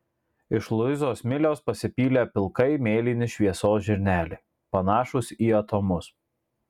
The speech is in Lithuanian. iš luizos smiliaus pasipylę pilkai mėlyni šviesos žirneliai panašūs į atomus